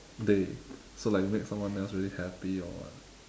day so like you make someone else really happy or what